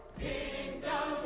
kingdom